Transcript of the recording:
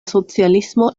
socialismo